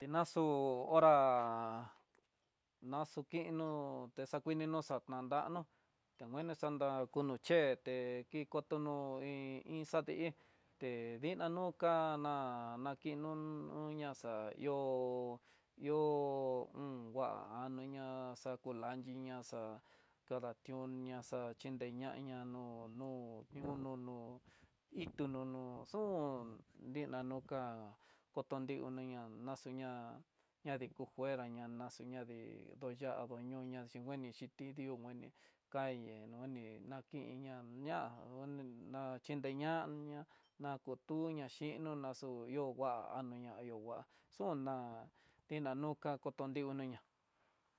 Tenaxu hora tenaxu kuinó texakino xanananó ngueni xanrá kuno cheté ki tono iin, iin xatehí te dina noká kana nakinó, uña xa ihó ho ihó un ngua ha ñona xakulandi ñá ñaxa kadatioñá, xa xhinre ñaña nó, yunó no itonono xun dikañoka, tonde unoña naxoñá ña ku ngueraña ña xu ña dii do ña xhiñoña tunguedini xhitidió ho ngueni kayé none nakiña, huña ngueni na xhinreña ña nakutuña xhinodo ña yu ihó ngua ano yo ngua xunna tina nuka kotondikono ñá.